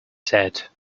said